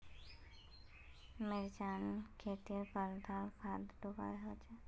मिर्चान खेतीत कतला खाद दूबा होचे?